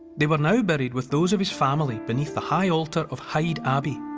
they were now buried with those of his family beneath the high altar of hyde abbey.